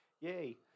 Yay